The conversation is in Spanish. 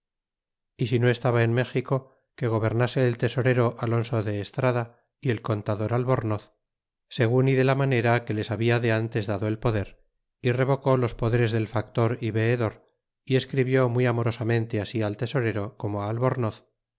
y si no estaba en méxico que gobernase el tesorero alonso de estrada y el contador albornoz segun y de la manera que les habla de ntes dado el poder y revocó los poderes del factor y veedor y escribió muy amorosamente así al tesorero corno albor